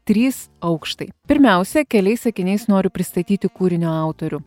trys aukštai pirmiausia keliais sakiniais noriu pristatyti kūrinio autorių